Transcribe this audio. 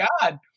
God